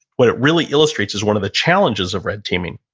what it really illustrates is one of the challenges of red teaming,